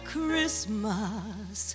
Christmas